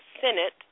Senate